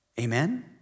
Amen